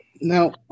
Now